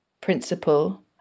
principle